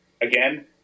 again